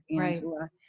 Angela